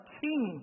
king